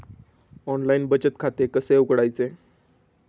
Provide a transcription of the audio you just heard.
Online बचत खाते कसे उघडायचे?